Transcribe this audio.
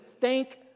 thank